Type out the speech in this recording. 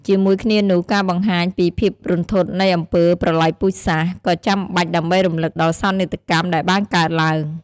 ជាមួយគ្នានោះ ការបង្ហាញពីភាពរន្ធត់នៃអំពើប្រល័យពូជសាសន៍ ក៏ចាំបាច់ដើម្បីរំលឹកដល់សោកនាដកម្មដែលបានកើតឡើង។